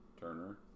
Turner